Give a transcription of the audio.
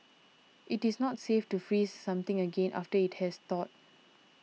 it is not safe to freeze something again after it has thawed